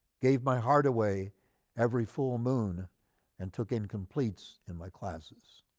gave my heart away every full moon and took incompletes in my classes.